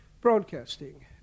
Broadcasting